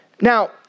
Now